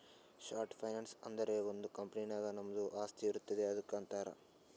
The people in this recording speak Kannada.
ಶಾರ್ಟ್ ಫೈನಾನ್ಸ್ ಅಂದುರ್ ಒಂದ್ ಕಂಪನಿ ನಾಗ್ ನಮ್ದು ಆಸ್ತಿ ಇರ್ತುದ್ ಅದುಕ್ಕ ಅಂತಾರ್